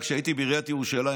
כשהייתי בעיריית ירושלים,